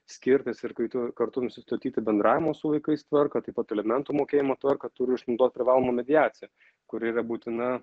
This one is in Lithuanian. skirtis ir kai tu kartu nusistatyti bendravimo su vaikais tvarką taip pat alimentų mokėjimo tvarką turi išnaudot privalomą mediaciją kuri yra būtina